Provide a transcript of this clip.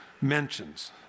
mentions